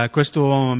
Questo